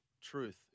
truth